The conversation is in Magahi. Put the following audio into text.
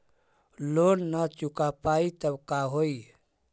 लोन न चुका पाई तब का होई?